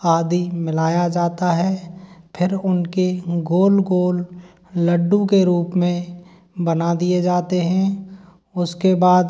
आदि मिलाया जाता है फिर उनके गोल गोल लड्डू के रूप में बना दिए जाते हैं उसके बाद